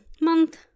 month